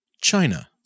China